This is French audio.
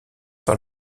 par